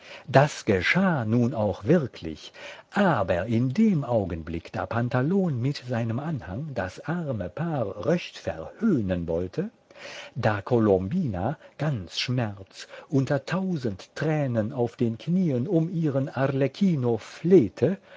das geschah nun auch wirklich aber in dem augenblick da pantalon mit seinem anhang das arme paar recht verhöhnen wollte da colombina ganz schmerz unter tausend tränen auf den knien um ihren arlecchino flehte